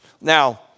Now